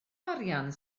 arian